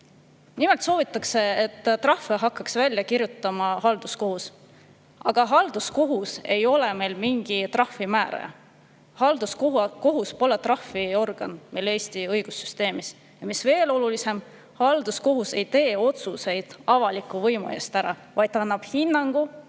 Nimelt soovitakse, et trahve hakkaks välja kirjutama halduskohus. Aga halduskohus ei ole meil mingi trahvimääraja, halduskohus pole Eesti õigussüsteemis trahviorgan. Ja mis veel olulisem: halduskohus ei tee otsuseid avaliku võimu eest ära. Ta annab hinnangu